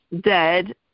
dead